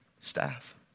staff